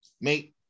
mate